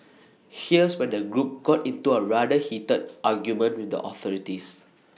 here's when the group got into A rather heated argument with the authorities